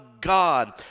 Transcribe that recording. God